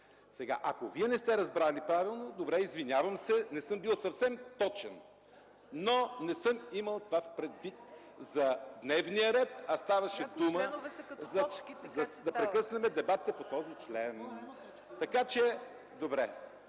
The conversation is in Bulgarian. Ако не сте разбрали правилно, добре, извинявам се, не съм бил съвсем точен, но не съм имал това предвид за дневния ред. Ставаше въпрос да прекъснем дебатите по този член. Извинете,